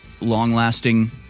long-lasting